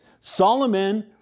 Solomon